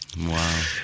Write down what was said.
Wow